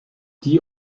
die